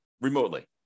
remotely